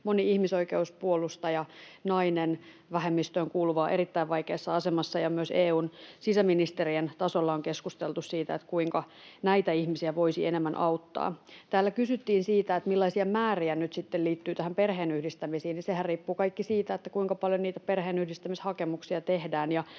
Moni ihmisoikeuspuolustaja, nainen, vähemmistöön kuuluva on erittäin vaikeassa asemassa, ja myös EU:n sisäministerien tasolla on keskusteltu siitä, kuinka näitä ihmisiä voisi auttaa enemmän. Täällä kysyttiin siitä, millaisia määriä nyt sitten liittyy tähän perheenyhdistämiseen. Sehän riippuu kaikki siitä, kuinka paljon perheenyhdistämishakemuksia tehdään.